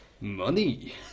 Money